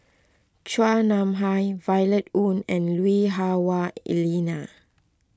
Chua Nam Hai Violet Oon and Lui Hah Wah Elena